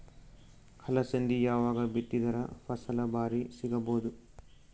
ಅಲಸಂದಿ ಯಾವಾಗ ಬಿತ್ತಿದರ ಫಸಲ ಭಾರಿ ಸಿಗಭೂದು?